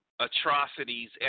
atrocities